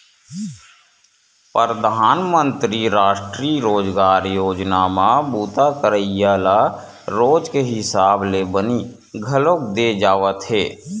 परधानमंतरी रास्टीय रोजगार योजना म बूता करइया ल रोज के हिसाब ले बनी घलोक दे जावथे